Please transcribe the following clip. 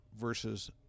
versus